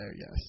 yes